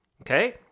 Okay